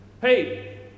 Hey